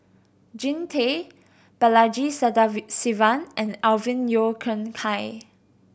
Jean Tay Balaji Sadasivan and Alvin Yeo Khirn Hai